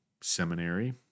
seminary